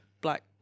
black